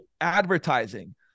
advertising